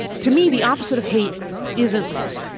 to me, the opposite of hate isn't love.